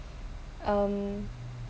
um